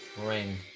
ring